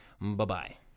Bye-bye